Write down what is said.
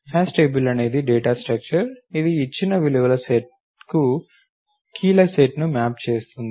hash table అనేది data structure ఇది ఇచ్చిన విలువల సెట్కు కీల సెట్ను మ్యాప్ చేస్తుంది